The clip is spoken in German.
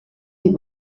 die